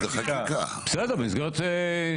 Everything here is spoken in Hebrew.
בסדר, במסגרת...